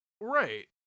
Right